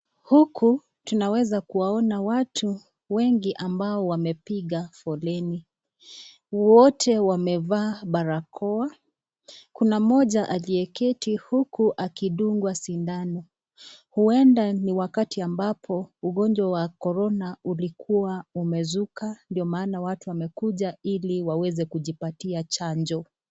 Huku tunaweza kuwaona watu wengi ambao wamepiga foleni, wote wamevaa barakoa, kuna mmoja aliyeketi huku akidungwa sindano, huenda ni wakati ambapo ugonjwa wa corona ulikuwa umezuka ndo maana watu wamekuja ili waweze kujipatia chanjo.